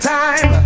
time